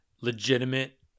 legitimate